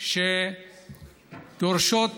שדורשות